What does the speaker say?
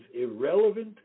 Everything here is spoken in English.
irrelevant